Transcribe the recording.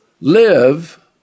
Live